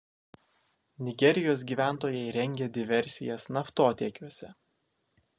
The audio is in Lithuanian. nigerijos gyventojai rengia diversijas naftotiekiuose